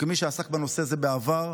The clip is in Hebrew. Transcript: וכמי שעסק בנושא זה בעבר,